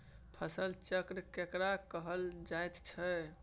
फसल चक्र केकरा कहल जायत छै?